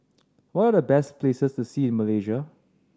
what are the best places to see in Malaysia